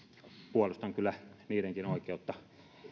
puolustan kyllä niidenkin oikeutta